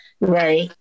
right